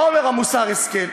מה אומר מוסר ההשכל?